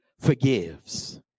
forgives